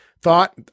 thought